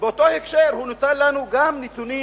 באותו הקשר הוא נתן לנו גם נתונים